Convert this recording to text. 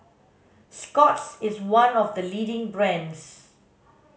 Scott's is one of the leading brands